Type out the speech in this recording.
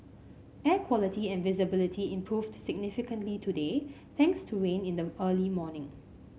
air quality and visibility improved significantly today thanks to rain in the early morning